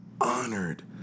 honored